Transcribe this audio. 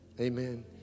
Amen